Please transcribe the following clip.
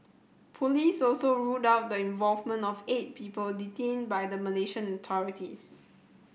police also ruled out the involvement of eight people detained by the Malaysian authorities